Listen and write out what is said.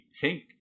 pink